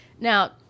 Now